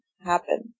happen